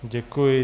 Děkuji.